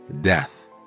death